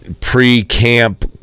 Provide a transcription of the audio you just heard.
pre-camp